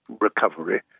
recovery